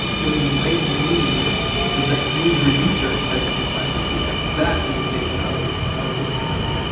what you might mean is that usereducer has supplanted redux. that is a statement i would i would get behind.